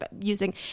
using